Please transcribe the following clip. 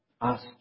ask